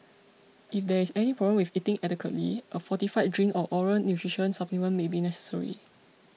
if there is any problem with eating adequately a fortified drink or oral nutrition supplement may be necessary